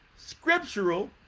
scriptural